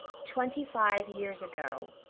twenty-five years ago.